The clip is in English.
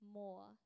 more